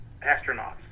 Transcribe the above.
astronauts